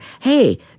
hey